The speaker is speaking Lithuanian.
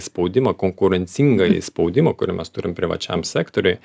spaudimą konkurencingąjį spaudimą kurį mes turim privačiam sektoriuj